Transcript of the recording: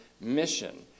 mission